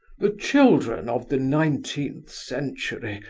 the children of the nineteenth century,